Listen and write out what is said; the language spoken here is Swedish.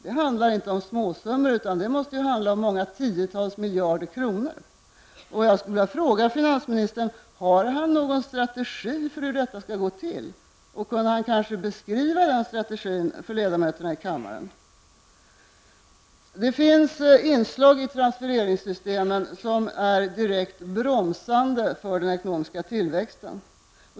Det handlar inte om småsummor, utan om tiotals miljarder kronor. Jag skulle vilja fråga finansministern om han har någon strategi för hur detta skall gå till. Han kanske kan beskriva den strategin för ledamöterna i kammaren. Det finns inslag i transfereringssystemen som direkt bromsar den ekonomiska tillväxten.